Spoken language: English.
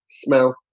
smell